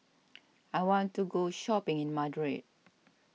I want to go shopping in Madrid